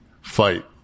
fight